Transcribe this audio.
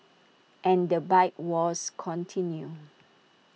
and the bike wars continue